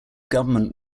government